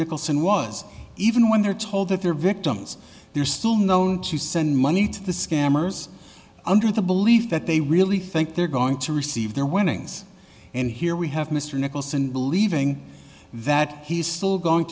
nicholson was even when they're told that they're victims they're still known to send money to the scammers under the belief that they really think they're going to receive their winnings and here we have mr nicholson believing that he's still going